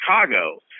Chicago